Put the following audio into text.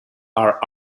are